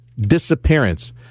disappearance